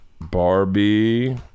Barbie